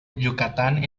yucatán